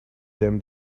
them